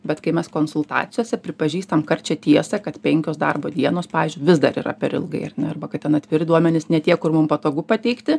bet kai mes konsultacijose pripažįstam karčią tiesą kad penkios darbo dienos pavyzdžiui vis dar yra per ilgai ir arba kad ten atviri duomenys ne tie kur mum patogu pateikti